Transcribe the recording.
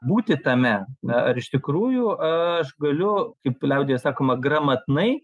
būti tame ar iš tikrųjų aš galiu kaip liaudyje sakoma gramatnai